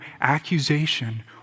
accusation